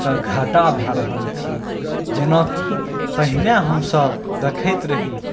के घाटा भऽ रहल छै जेनाकि पहिने हमसब देखैत रही